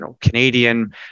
Canadian